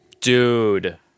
Dude